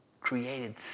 created